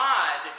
God